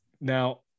Now